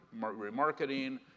remarketing